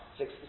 six